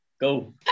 go